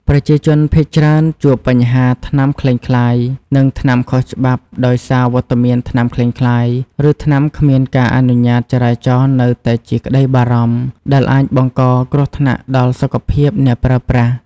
ប្រជាជនភាគច្រើនជួបបញ្ហាថ្នាំក្លែងក្លាយ និងថ្នាំខុសច្បាប់ដោយសារវត្តមានថ្នាំក្លែងក្លាយ ឬថ្នាំគ្មានការអនុញ្ញាតចរាចរណ៍នៅតែជាក្ដីបារម្ភ ដែលអាចបង្កគ្រោះថ្នាក់ដល់សុខភាពអ្នកប្រើប្រាស់។